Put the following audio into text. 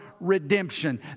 redemption